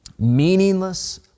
Meaningless